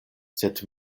sed